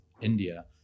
India